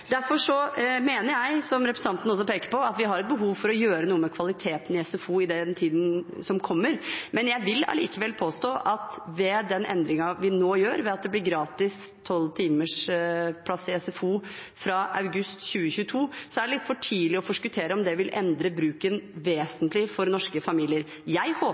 Derfor mener jeg, som representanten også peker på, at vi har et behov for å gjøre noe med kvaliteten i SFO i tiden som kommer. Men jeg vil likevel påstå at det er litt for tidlig å forskuttere om den endringen vi nå gjør ved at det blir 12 timer gratis SFO fra august 2022, vil endre bruken vesentlig for norske familier. Jeg håper